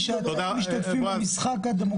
שאתם לא משתתפים במשחק הדמוקרטי כי אתם מפחדים.